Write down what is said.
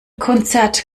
konzert